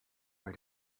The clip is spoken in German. weil